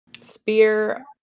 spear